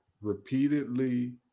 repeatedly